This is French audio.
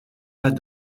pas